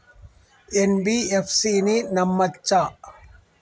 NBFC ని నమ్మచ్చా?